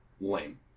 lame